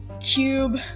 cube